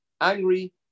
Angry